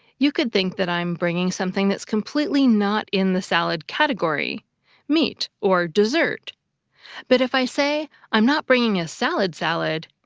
you could think that i'm bringing something that is completely not in the salad category meat or dessert but if i say i'm not bringing a salad-salad,